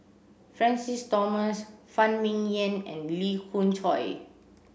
Francis Thomas Phan Ming Yen and Lee Khoon Choy